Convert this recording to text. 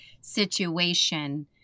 situation